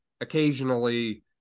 occasionally